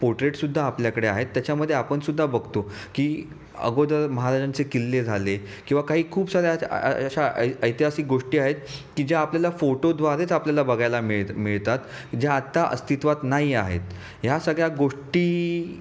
पोट्रेटसुद्धा आपल्याकडे आहेत त्याच्यामध्ये आपणसुद्धा बघतो की अगोदर महाराजांचे किल्ले झाले किंवा काही खूप साऱ्या अ अशा ऐतिहासिक गोष्टी आहेत की ज्या आपल्याला फोटोद्वारेच आपल्याला बघायला मिळ मिळतात जे आत्ता अस्तित्वात नाही आहेत ह्या सगळ्या गोष्टी